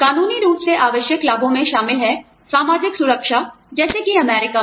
कानूनी रूप से आवश्यक लाभों में शामिल हैं सामाजिक सुरक्षा जैसे कि अमेरिका में